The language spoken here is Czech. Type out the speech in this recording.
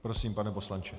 Prosím, pane poslanče.